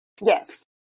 Yes